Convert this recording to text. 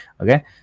okay